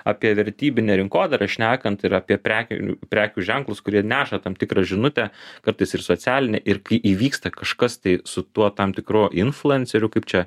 apie vertybinę rinkodarą šnekant ir apie prekių prekių ženklus kurie neša tam tikrą žinutę kartais ir socialinę ir kai įvyksta kažkas tai su tuo tam tikru influenceriu kaip čia